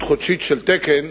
חודשית של תקן,